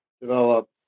develop